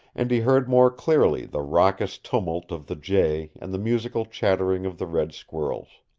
and he heard more clearly the raucous tumult of the jay and the musical chattering of the red squirrels.